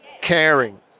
caring